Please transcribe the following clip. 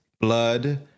blood